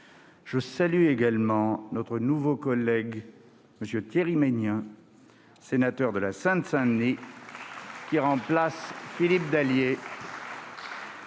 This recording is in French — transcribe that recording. je salue notre nouveau collègue, M. Thierry Meignen, sénateur de la Seine-Saint-Denis, qui remplace M. Philippe Dallier.